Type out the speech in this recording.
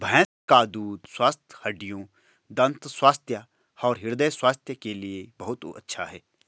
भैंस का दूध स्वस्थ हड्डियों, दंत स्वास्थ्य और हृदय स्वास्थ्य के लिए बहुत अच्छा है